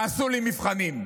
תעשו לי מבחנים,